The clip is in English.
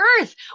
Earth